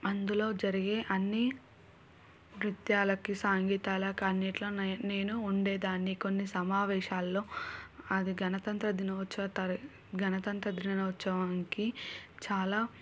అందులో జరిగే అన్నీ నృత్యాలకి సంగీతాలకి అన్నింటిలో నేను ఉండేదాన్ని కొన్ని సమావేశాల్లో అది గణతంత్ర దినోత్సవ తర గణతంత్ర దినోత్సవానికి చాలా